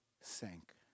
sank